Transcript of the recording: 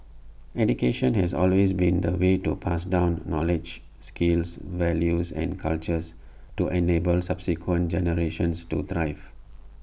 education has always been the way to pass down knowledge skills values and culture to enable subsequent generations to thrive